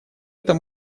это